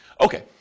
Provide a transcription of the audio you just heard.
Okay